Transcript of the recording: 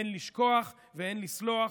אין לשכוח ואין לסלוח.